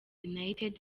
united